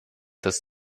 des